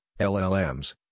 LLMs